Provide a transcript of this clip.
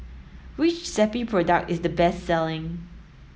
which Zappy product is the best selling